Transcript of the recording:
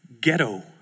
ghetto